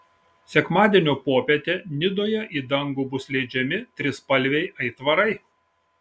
sekmadienio popietę nidoje į dangų bus leidžiami trispalviai aitvarai